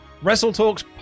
WrestleTalk's